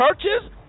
Churches